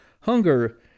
hunger